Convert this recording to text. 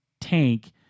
tank